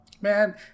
Man